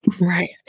Right